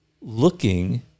looking